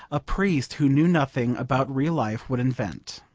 a priest who knew nothing about real life would invent.